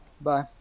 Bye